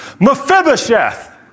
Mephibosheth